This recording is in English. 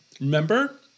Remember